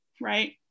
right